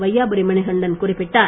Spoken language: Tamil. வையாபுரி மணிகண்டன் குறிப்பிட்டார்